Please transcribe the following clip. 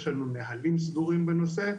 יש לנו נהלים סדורים בנושא.